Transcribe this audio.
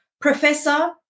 Professor